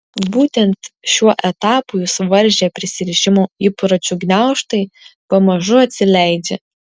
būtent šiuo etapu jus varžę prisirišimo įpročių gniaužtai pamažu atsileidžia